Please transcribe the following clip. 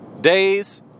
days